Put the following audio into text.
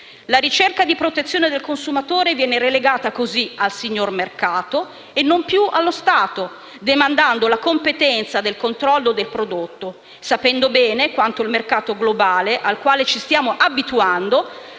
La ricerca di protezione del consumatore viene relegata cosi al signor mercato e non più allo Stato, demandando la competenza del controllo del prodotto, sapendo bene quanto il mercato globale al quale ci stanno abituando,